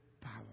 power